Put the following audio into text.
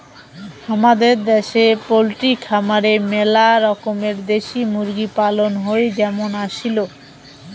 হামাদের দ্যাশে পোলট্রি খামারে মেলা রকমের দেশি মুরগি পালন হই যেমন আসিল